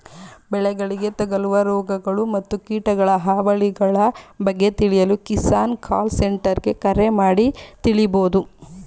ಬೆಳೆಗಳಿಗೆ ತಗಲುವ ರೋಗಗಳು ಮತ್ತು ಕೀಟಗಳ ಹಾವಳಿಗಳ ಬಗ್ಗೆ ತಿಳಿಯಲು ಕಿಸಾನ್ ಕಾಲ್ ಸೆಂಟರ್ಗೆ ಕರೆ ಮಾಡಿ ತಿಳಿಬೋದು